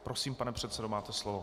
Prosím, pane předsedo, máte slovo.